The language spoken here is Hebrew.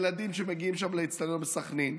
ילדים שמגיעים שם לאצטדיון בסח'נין,